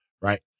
right